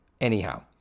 Anyhow